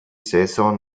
saison